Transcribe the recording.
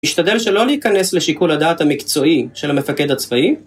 משתדל שלא להיכנס לשיקול הדעת המקצועי של המפקד הצבאי?